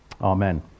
Amen